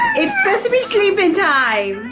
it's supposed to be sleeping